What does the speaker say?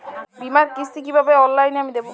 বীমার কিস্তি কিভাবে অনলাইনে আমি দেবো?